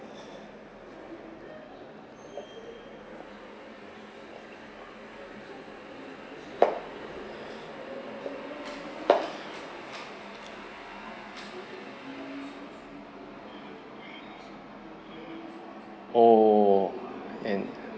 oh and